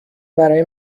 برای